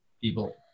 people